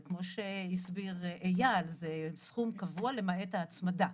זה כמו שהסביר אייל, זה סכום קבוע למעט ההצמדה.